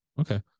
Okay